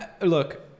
Look